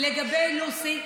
לגבי לוסי,